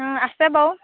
আছে বাৰু